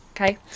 okay